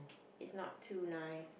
it's not too nice